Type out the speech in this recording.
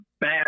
bad